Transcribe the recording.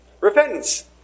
repentance